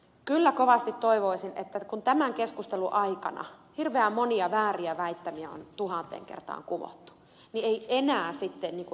kyllä kovasti toivoisin kun tämän keskustelun aikana hirveän monia vääriä väittämiä on tuhanteen kertaan kumottu että ei enää sitten niin kuin ed